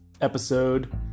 episode